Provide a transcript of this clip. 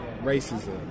racism